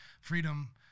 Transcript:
freedom